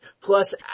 Plus